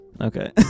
okay